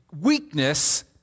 weakness